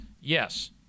yes